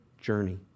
journey